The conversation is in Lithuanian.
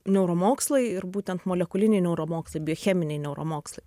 neuromokslai ir būtent molekuliniai neuromokslai biocheminiai neuromokslai